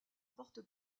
porte